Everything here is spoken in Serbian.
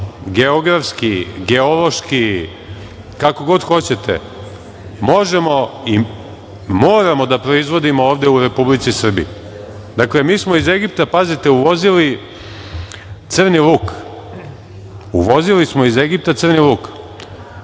geografski, geološki, kako god hoćete, možemo i moramo da proizvodimo ovde u Republici Srbiji. Dakle, mi smo iz Egipta, pazite, uvozili crni luk, uvozili smo iz Egipta crni luk,